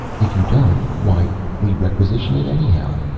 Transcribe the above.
if you don't, why, we requisition it anyhow.